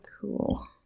Cool